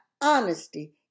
honesty